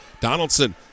Donaldson